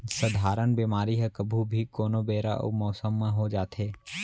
सधारन बेमारी ह कभू भी, कोनो बेरा अउ मौसम म हो जाथे